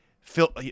Phil